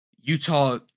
Utah